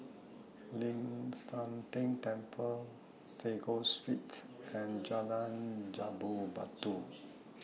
Ling San Teng Temple Sago Street and Jalan Jambu Batu